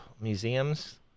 museums